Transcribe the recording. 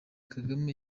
kagame